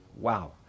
Wow